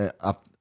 up